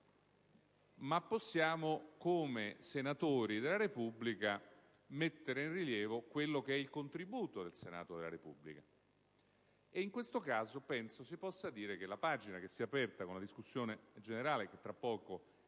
la sua), ma come senatori della Repubblica possiamo mettere in rilievo il contributo del Senato della Repubblica. In questo caso penso si possa dire che la pagina che si è aperta con la discussione generale, e tra poco con